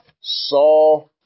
saw